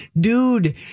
dude